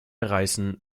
reißen